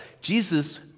Jesus